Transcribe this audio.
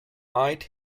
eyed